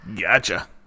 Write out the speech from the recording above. Gotcha